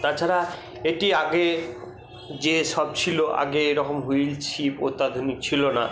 তাছাড়া এটি আগে যেসব ছিলো আগে এরকম হুইল ছিপ অত্যাধুনিক ছিলো না